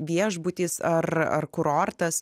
viešbutis ar ar kurortas